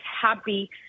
happy